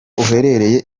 uhereye